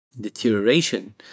deterioration